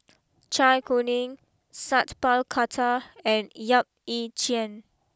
Zai Kuning Sat Pal Khattar and Yap Ee Chian